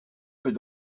peut